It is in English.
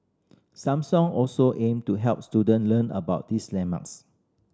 Samsung also aim to help student learn about these landmarks